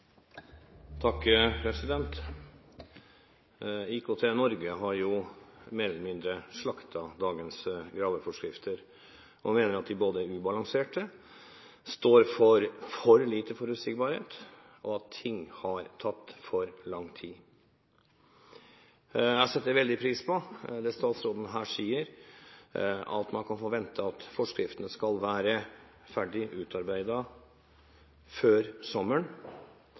ubalanserte, står for for lite forutsigbarhet – at ting har tatt for lang tid. Jeg setter veldig pris på det statsråden her sier, at man kan forvente at forskriftene skal være ferdig utarbeidet før sommeren.